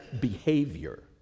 behavior